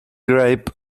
grape